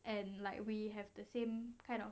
and like we have the same kind of